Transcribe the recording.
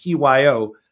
PYO